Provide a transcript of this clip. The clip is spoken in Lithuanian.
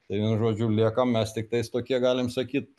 tai vienu žodžiu liekam mes tiktais tokie galim sakyt